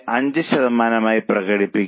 5 ശതമാനമായി പ്രകടിപ്പിക്കാം